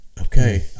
okay